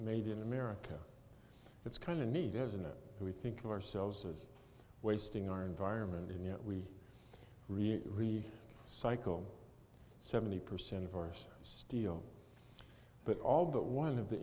made in america it's kind of neat isn't it we think of ourselves as wasting our environment and yet we really really cycle seventy percent of us steel but all but one of the